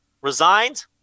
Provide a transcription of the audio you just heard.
resigned